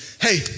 Hey